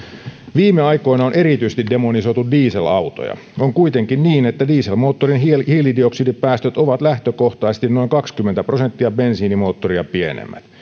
viime aikoina on erityisesti demonisoitu dieselautoja on kuitenkin niin että dieselmoottorin hiilidioksidipäästöt ovat lähtökohtaisesti noin kaksikymmentä prosenttia bensiinimoottoria pienemmät